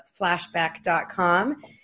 Flashback.com